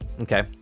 Okay